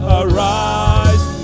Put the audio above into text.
arise